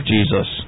Jesus